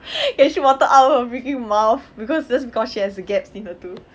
can shoot water out of her freaking mouth because just because she has gaps in her tooth